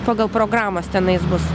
pagal programas tenais bus